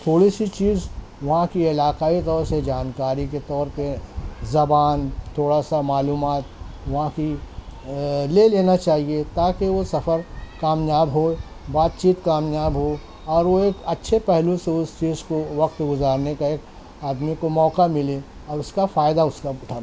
تھوڑی سی چیز وہاں کی علاقائی طور سے جانکاری کے طور پہ زبان تھوڑا سا معلومات وہاں کی لے لینا چاہیے تاکہ وہ سفر کامیاب ہو بات چیت کامیاب ہو اور وہ اچھے پہلو سے اس چیز کو وقت گزارنے کا ایک آدمی کو موقع ملے اور اس کا فائدہ اس کا اٹھا لے